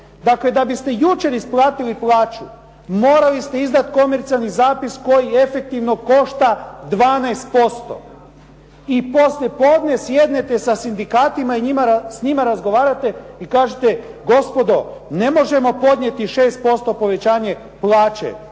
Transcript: Dakle, da biste jučer isplatili plaću, morali ste izdati komercijalni zapis koji efektivno košta 12% i poslijepodne sjednete sa sindikatima i s njima razgovarate i kažete, gospodo ne možemo podnijeti 6% povećanje plaće,